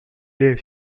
days